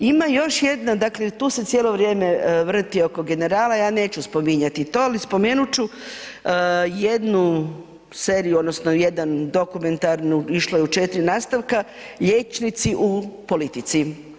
Ima još jedna, dakle tu se cijelo vrijeme vrti oko „Generala“, ja neću spominjati to ali spomenut ću jednu seriju odnosno jednu dokumentarnu išlo je u 4 nastavka liječnici u politici.